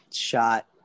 shot